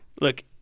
look